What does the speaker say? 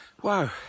wow